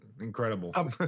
Incredible